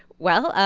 well,